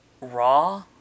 raw